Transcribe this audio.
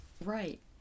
Right